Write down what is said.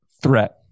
threat